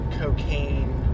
cocaine